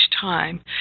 time